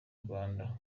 rwanda